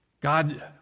God